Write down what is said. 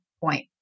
point